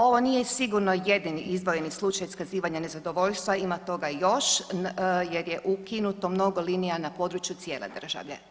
Ovo nije sigurno jedini izdvojeni slučaj iskazivanja nezadovoljstva, ima toga još jer je ukinuto mnogo linija na području cijele države.